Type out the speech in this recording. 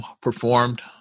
performed